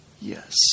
yes